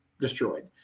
destroyed